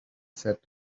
sat